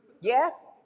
yes